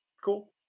cool